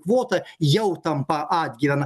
kvota jau tampa atgyvena